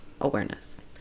awareness